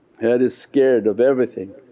head is scared of everything